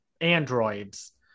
androids